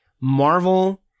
Marvel